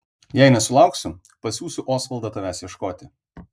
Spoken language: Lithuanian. jei nesulauksiu pasiųsiu osvaldą tavęs ieškoti